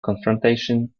confrontation